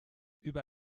über